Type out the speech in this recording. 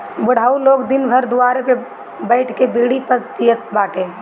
बुढ़ऊ लोग दिन भर दुआरे पे बइठ के बीड़ी बस पियत बाटे